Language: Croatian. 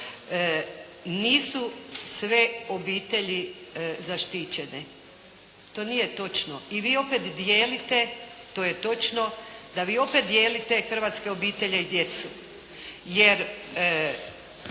nisu sve obitelji zaštićene. To nije točno i vi opet dijelite, to je točno, da vi opet dijelite hrvatske obitelji i djecu.